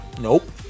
Nope